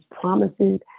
promises